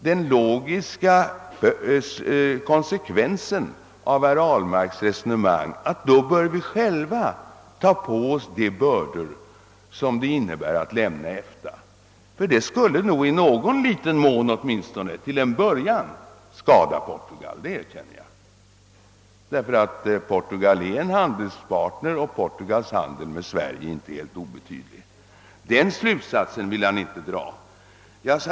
Den logiska konsekvensen av herr Ahlmarks resonemang är att vi själva bör ta på oss de bördor som det innebär att lämna EFTA. Det skulle nog i någon liten mån åtminstone till en början skada Portugal, det erkänner jag. Portugal är en av våra handelspartners, och dess handel med Sverige är inte helt obetydlig. Den logiska slutsatsen vill herr Ahlmark emellertid inte dra.